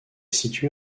située